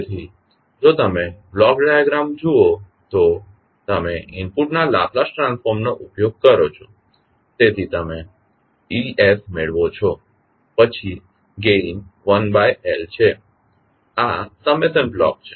તેથી જો તમે બ્લોક ડાયાગ્રામ જુઓ તો તમે ઇનપુટના લાપ્લાસ ટ્રાન્સફોર્મ નો ઉપયોગ કરો છો તેથી તમે es મેળવો છો પછી ગેઇન 1L છે આ સમેશન બ્લોક છે